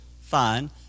fine